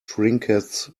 trinkets